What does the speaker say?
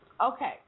Okay